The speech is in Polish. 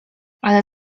ale